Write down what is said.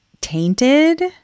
tainted